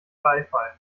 beifall